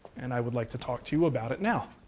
and i would like to talk to you about it now.